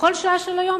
בכל שעה של היום,